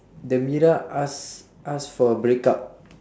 the mira ask ask for a breakup